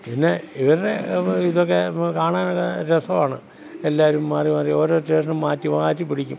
പിന്നെ ഇവരുടെ ഇതൊക്കെ കാണാൻ രസമാണ് എല്ലാവരും മാറിമാറി ഓരോ സ്റ്റേഷനും മാറ്റി മാറ്റി പിടിക്കും